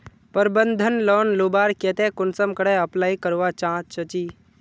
प्रबंधन लोन लुबार केते कुंसम करे अप्लाई करवा चाँ चची?